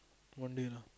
one day lah